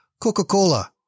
Coca-Cola